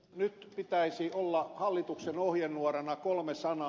nyt pitäisi olla hallituksen ohjenuorana kolme sanaa